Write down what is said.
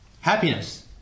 Happiness